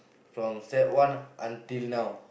from sec one until now